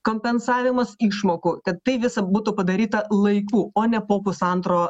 kompensavimas išmokų kad tai visa būtų padaryta laiku o ne po pusantro